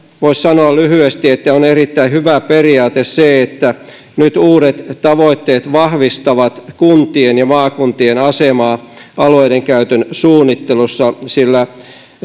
voisi sanoa lyhyesti että on erittäin hyvä periaate että nyt uudet tavoitteet vahvistavat kuntien ja maakuntien asemaa alueidenkäytön suunnittelussa sillä